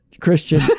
Christian